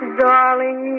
darling